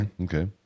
Okay